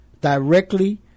directly